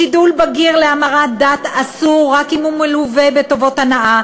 שידול בגיר להמרת דת אסור רק אם הוא מלווה בטובות הנאה,